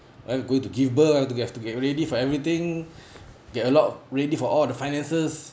my wife go to give birth want to get to have ready for everything to get a lot ready for all the finances